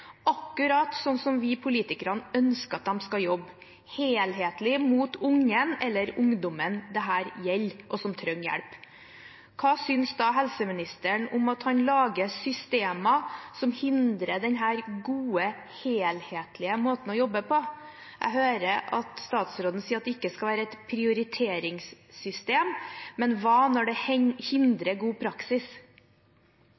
vi politikere ønsker at de skal jobbe – helhetlig mot ungen eller ungdommen dette gjelder, og som trenger hjelp. Hva synes helseministeren om at han lager systemer som hindrer denne gode, helhetlige måten å jobbe på – jeg hører at statsråden sier at det ikke skal være et prioriteringssystem, men hva når det